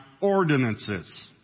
ordinances